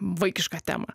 vaikišką temą